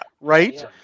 Right